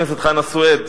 חבר הכנסת חנא סוייד,